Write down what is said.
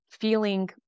feeling